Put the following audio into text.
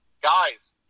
guys